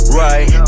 right